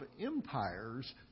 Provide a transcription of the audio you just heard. empires